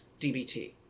DBT